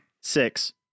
Six